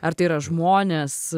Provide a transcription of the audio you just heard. ar tai yra žmonės